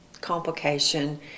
complication